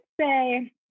say